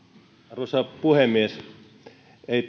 arvoisa puhemies ei